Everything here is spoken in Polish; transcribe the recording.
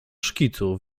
szkicu